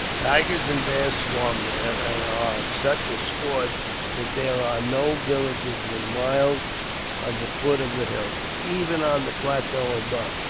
tigers and bears swarm there, and are such a scourge that there are no villages within miles of the foot of the hills. even on the plateau above,